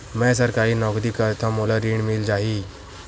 मै सरकारी नौकरी करथव मोला ऋण मिल जाही?